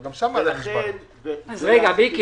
בסדר, אבל גם שם יש בעיות.